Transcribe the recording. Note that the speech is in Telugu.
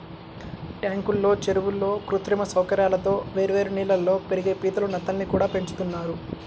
ట్యాంకుల్లో, చెరువుల్లో కృత్రిమ సౌకర్యాలతో వేర్వేరు నీళ్ళల్లో పెరిగే పీతలు, నత్తల్ని కూడా పెంచుతున్నారు